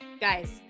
guys